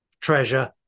treasure